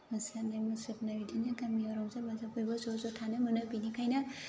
मोसानाय मुसुरनाय बिदिनो गामियाव रंजा बाजा बयबो ज' ज' थानो मोनो बिनिखायनो